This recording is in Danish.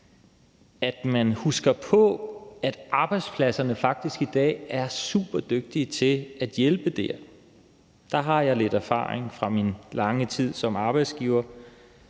at man husker på, at arbejdspladserne faktisk i dag er superdygtige til at hjælpe der. Der har jeg lidt erfaring fra min lange tid som arbejdsgiver.